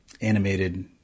animated